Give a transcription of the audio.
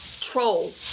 troll